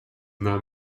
not